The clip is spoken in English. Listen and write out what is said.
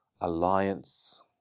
alliance